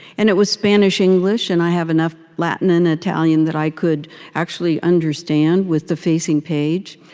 and it was spanish-english, and i have enough latin and italian that i could actually understand, with the facing page.